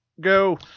go